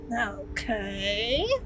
Okay